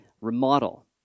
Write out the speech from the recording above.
Remodel